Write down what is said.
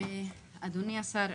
אדוני השר,